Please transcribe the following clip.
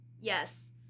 Yes